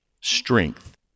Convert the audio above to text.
strength